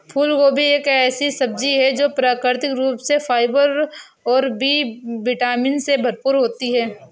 फूलगोभी एक ऐसी सब्जी है जो प्राकृतिक रूप से फाइबर और बी विटामिन से भरपूर होती है